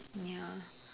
ya